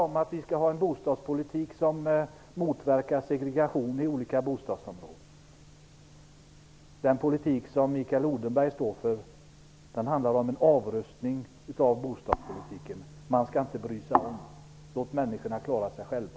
Vi skall ha en bostadspolitik som motverkar segregation i olika bostadsområden. Den politik som Mikael Odenberg står för handlar om avrustning av bostadspolitiken; man skall inte bry sig om utan låta människor klara sig själva.